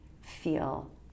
feel